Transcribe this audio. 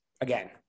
again